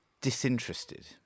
disinterested